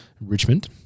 Richmond